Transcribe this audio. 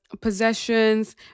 possessions